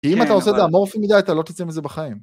כי אם אתה עושה את זה אמורפי מדי אתה לא תצא מזה בחיים.